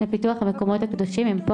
לפיתוח המקומות הקדושים.